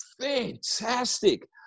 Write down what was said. fantastic